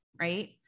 right